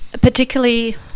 particularly